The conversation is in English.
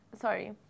Sorry